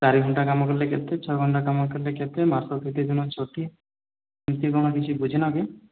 ଚାରି ଘଣ୍ଟା କାମ କଲେ କେତେ ଛଅ ଘଣ୍ଟା କାମ କଲେ କେତେ ମାସକୁ କେତେଦିନ ଛୁଟି କେମିତି କ'ଣ ବୁଝିନାହଁ କି